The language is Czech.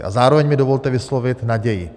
A zároveň mi dovolte vyslovit naději.